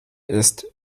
ist